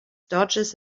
dodges